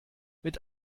mit